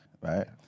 right